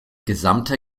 gesamte